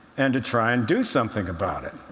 and to try and do something about it.